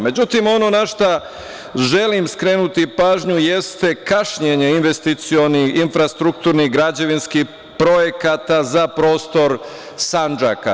Međutim, ono na šta želim skrenuti pažnju jeste kašnjenje investicionih infrastrukturnih građevinskih projekata za prostor Sandžaka.